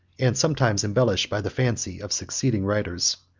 and sometimes embellished by the fancy, of succeeding writers,